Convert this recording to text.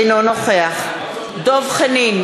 אינו נוכח דב חנין,